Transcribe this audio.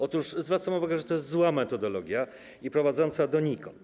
Otóż zwracam uwagę, że to jest zła metodologia, prowadząca donikąd.